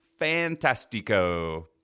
Fantastico